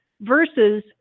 versus